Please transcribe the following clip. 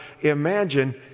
Imagine